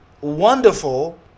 wonderful